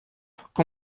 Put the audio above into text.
comment